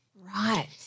Right